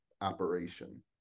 operation